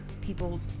people